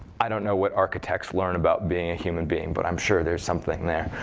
i don't know what architects learn about being a human being, but i'm sure there's something there.